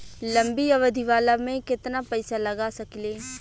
लंबी अवधि वाला में केतना पइसा लगा सकिले?